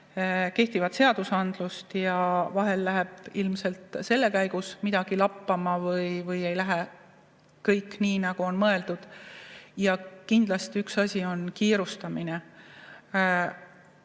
kehtivaid seadusi, ja vahel läheb ilmselt selle käigus midagi lappama või ei lähe kõik nii, nagu on mõeldud. Kindlasti on üks asi siin kiirustamine.